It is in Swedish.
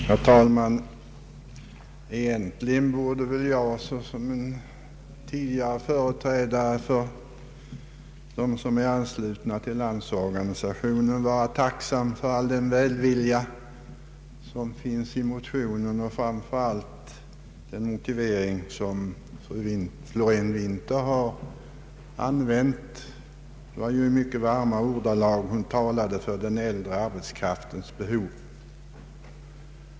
Herr talman! Egentligen borde väl jag såsom tidigare företrädare för dem som är anslutna till Landsorganisationen vara tacksam för all den välvilja som kommer till uttryck i motionen och framför allt i den motivering som fru Florén-Winther har använt. Hon talade ju i mycket varma ordalag för den äldre arbetskraftens behov.